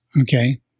Okay